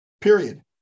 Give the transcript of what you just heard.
period